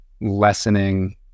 lessening